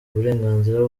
uburenganzira